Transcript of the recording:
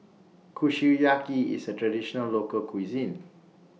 Kushiyaki IS A Traditional Local Cuisine